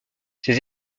ses